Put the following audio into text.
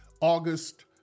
August